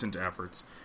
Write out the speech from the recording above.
efforts